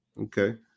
okay